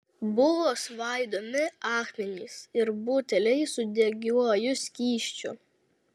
buvo svaidomi akmenys ir buteliai su degiuoju skysčiu